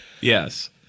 Yes